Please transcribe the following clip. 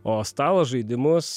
o stalo žaidimus